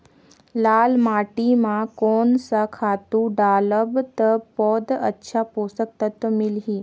लाल माटी मां कोन सा खातु डालब ता पौध ला अच्छा पोषक तत्व मिलही?